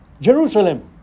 Jerusalem